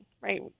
right